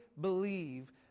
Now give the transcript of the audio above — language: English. believe